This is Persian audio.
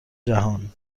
جهان